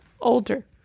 Older